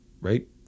right